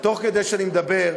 תוך כדי שאני מדבר,